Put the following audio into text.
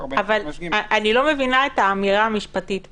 אני לא מבינה את האמירה המשפטית פה.